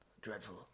Dreadful